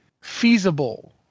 feasible